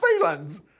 feelings